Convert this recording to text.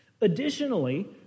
Additionally